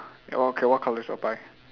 what col~ what colour is your pie